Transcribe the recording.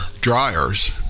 dryers